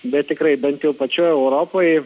bet tikrai bent jau pačioj europoj